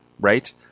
Right